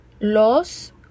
los